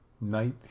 night